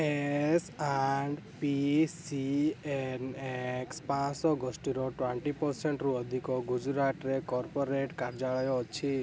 S and P C N X ପାଞ୍ଚଶହ ଗୋଷ୍ଠୀର twenty ପରସେଣ୍ଟରୁ ଅଧିକ ଗୁଜୁରାଟରେ କର୍ପୋରେଟ୍ କାର୍ଯ୍ୟାଳୟ ଅଛି